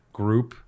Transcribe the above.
group